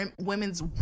women's